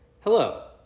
Hello